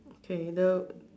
okay the